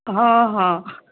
ହଁ ହଁ